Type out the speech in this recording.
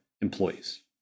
employees